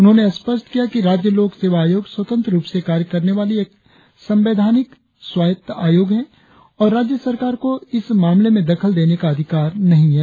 उन्होंने स्पष्ट किया कि राज्य लोक सेवा आयोग स्वतंत्र रुप से कार्य करने वाली एक संवैधानिक स्वायत्त आयोग है और राज्य सरकार को इस मामले में दखल देने का अधिकार नही है